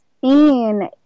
seen